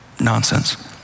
nonsense